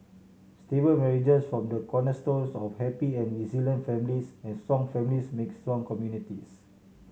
stable marriages form the cornerstones of happy and resilient families and strong families make strong communities